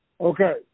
Okay